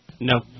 No